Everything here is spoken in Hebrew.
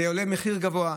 זה עולה, המחיר גבוה.